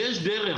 יש דרך,